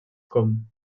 com